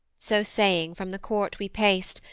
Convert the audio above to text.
so saying from the court we paced,